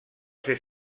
ser